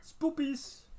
spoopies